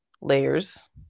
layers